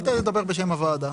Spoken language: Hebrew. אל תדבר בשם הוועדה.